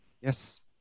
Yes